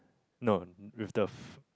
no with the f~